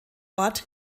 ort